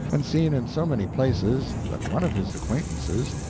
and seen in so many places that one of his acquaintances,